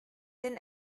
den